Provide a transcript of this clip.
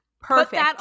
Perfect